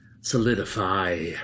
Solidify